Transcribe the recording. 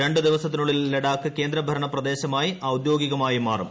രണ്ട് ദിവസത്തിനുള്ളിൽ ലഡാക്ക് കേന്ദ്രഭരണ പ്രദേശമായി ഔദ്യോഗികമായി മാറും